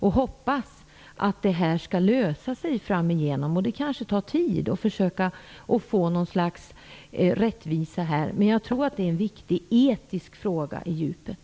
Jag hoppas att det skall bli en lösning framöver. Det kanske tar tid att försöka få något slags rättvisa, men jag tror att det är en viktig etisk fråga i djupet.